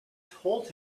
told